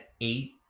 eight